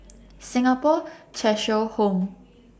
Singapore Cheshire Home